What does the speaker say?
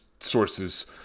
sources